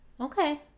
Okay